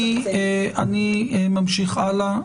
אני ממשיך הלאה.